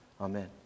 Amen